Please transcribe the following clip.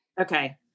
okay